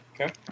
okay